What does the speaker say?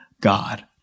God